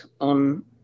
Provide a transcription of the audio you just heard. on